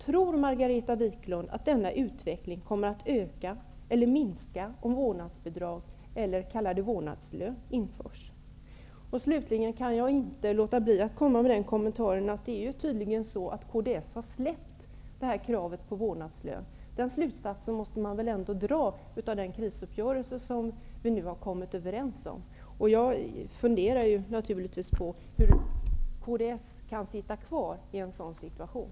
Tror Margareta Viklund att denna utveckling kommer att öka eller minska om vårdnadsbidrag eller vårdnadslön införs? Slutligen kan jag inte låta bli att komma med den kommentaren att Kds tydligen har släppt kravet på vårdnadslön. Den slutsatsen måste man dra av den krisuppgörelse som vi har kommit överens om. Jag funderar naturligtvis på hur Kds kan sitta kvar i regeringen i en sådan situation.